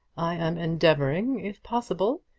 i am endeavouring, if possible,